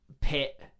pit